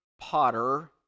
potter